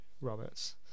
Roberts